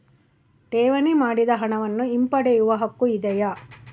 ಠೇವಣಿ ಮಾಡಿದ ಹಣವನ್ನು ಹಿಂಪಡೆಯವ ಹಕ್ಕು ಇದೆಯಾ?